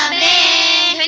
a and and